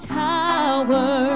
tower